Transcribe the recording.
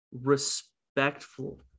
respectful